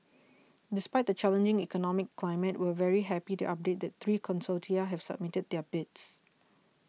despite the challenging economic climate we're very happy to update that three consortia have submitted their bids